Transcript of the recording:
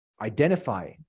identify